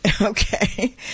Okay